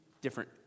different